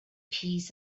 peace